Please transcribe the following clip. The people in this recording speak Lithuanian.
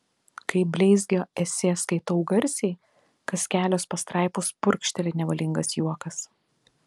kai bleizgio esė skaitau garsiai kas kelios pastraipos purkšteli nevalingas juokas